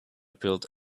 build